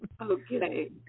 Okay